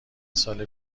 سال